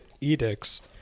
Edicts